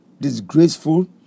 disgraceful